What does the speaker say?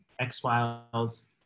X-Files